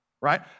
Right